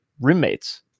roommates